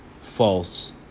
false